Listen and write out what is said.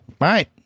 right